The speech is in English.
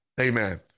Amen